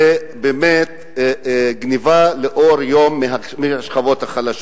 זה באמת גנבה לאור יום מהשכבות החלשות.